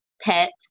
Pet